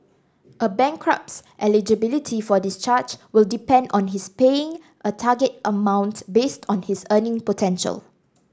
a bankrupt's eligibility for discharge will depend on his paying a target amount based on his earning potential